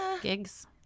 Gigs